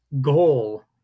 goal